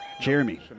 Jeremy